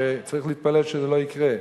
שצריך להתפלל שזה לא יקרה,